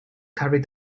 carried